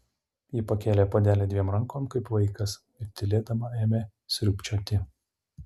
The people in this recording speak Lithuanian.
ji pakėlė puodelį dviem rankom kaip vaikas ir tylėdama ėmė sriubčioti